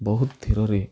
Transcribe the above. ବହୁତ ଧିରରେ